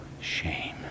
shame